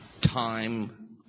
time